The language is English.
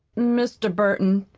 mr. burton,